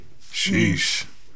Sheesh